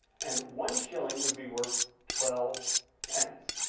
and one shilling would be worth twelve pence,